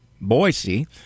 Boise